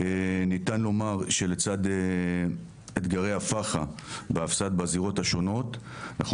ניתן לומר שלצד אתגרי הפח"ע בהפס"ד (הפרות סדר) בזירות השונות אנחנו